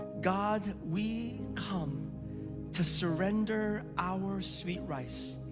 god, we come to surrender our sweet rice,